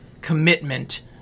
commitment